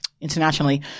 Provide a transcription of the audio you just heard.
internationally